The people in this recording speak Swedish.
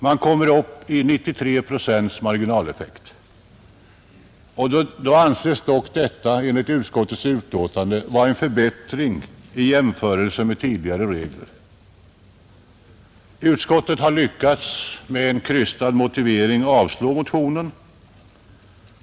Man kommer upp i 93 procents marginaleffekt — och då anses ändå detta enligt utskottets betänkande vara en förbättring i jämförelse med tidigare regler! Utskottet har lyckats att med en krystad motivering avstyrka vår motion.